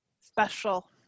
special